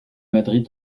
madrid